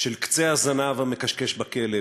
של קצה הזנב המכשכש בכלב,